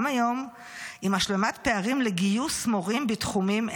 היום עם השלמת פערים לגיוס מורים בתחומים אלה.